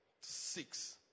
six